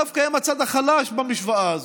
דווקא הם הצד החלש במשוואה הזאת.